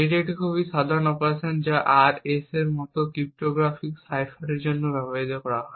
এটি একটি খুব সাধারণ অপারেশন যা RSA এর মতো ক্রিপ্টোগ্রাফিক সাইফারের জন্য ব্যবহৃত হয়